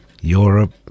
Europe